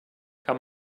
kann